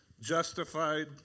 justified